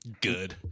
Good